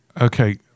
okay